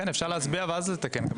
אפשר להציע ואז לתקן אותם.